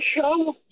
show